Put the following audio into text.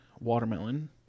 Watermelon